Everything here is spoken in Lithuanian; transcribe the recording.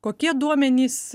kokie duomenys